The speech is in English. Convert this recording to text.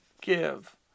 give